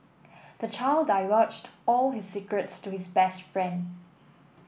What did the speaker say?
the child divulged all his secrets to his best friend